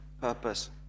purpose